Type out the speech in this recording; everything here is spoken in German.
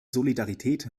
solidarität